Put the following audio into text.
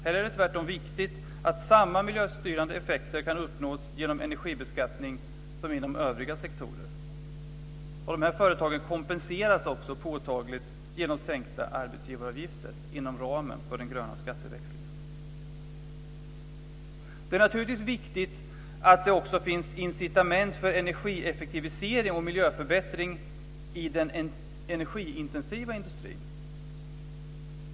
Här är det tvärtom viktigt att samma miljöstyrande effekter kan uppnås genom energibeskattning som inom övriga sektorer. Dessa företag kompenseras också påtagligt genom sänkta arbetsgivaravgifter inom ramen för den gröna skatteväxlingen. Det är naturligtvis viktigt att det också finns incitament för energieffektivisering och miljöförbättring i den energiintensiva industrin.